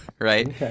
right